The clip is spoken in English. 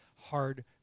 hard